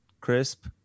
crisp